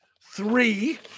Three